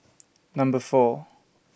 Number four